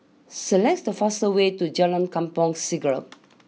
select the fastest way to Jalan Kampong Siglap